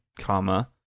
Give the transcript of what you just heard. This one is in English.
comma